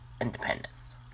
independence